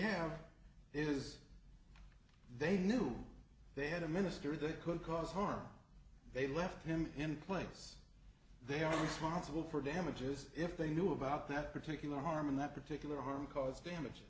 have is they knew they had a minister that could cause harm they left him in place they are responsible for damages if they knew about that particular harm in that particular harm caused damage